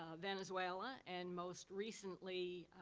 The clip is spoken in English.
ah venezuela and, most recently,